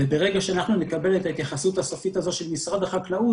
ברגע שאנחנו נקבל את ההתייחסות הסופית הזאת של משרד החקלאות